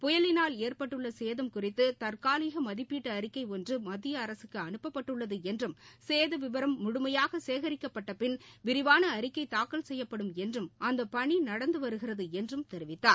புயலினால் ஏற்பட்டுள்ளசேதம் குறித்துதற்காலிகமதிப்பீட்டுஅறிக்கைஒன்றுமத்தியஅரசுக்குஅனுப்பப்பட்டுள்ளதுஎன்றும் சேதவிவரம் முழுமையாகசேகரிக்கப்பட்டபின் விரிவானஅறிக்கைதாக்கல் செய்யப்படும் என்றும் பணிநடந்துவருகிறதுஎன்றும் தெரிவித்தார்